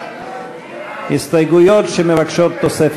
ההסתייגויות לסעיף